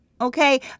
Okay